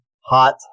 Hot